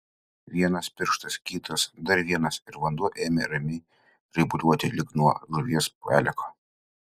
vienas pirštas kitas dar vienas ir vanduo ėmė ramiai raibuliuoti lyg nuo žuvies peleko